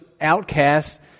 outcast